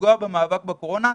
לפגוע במאבק הקורונה.